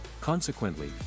Consequently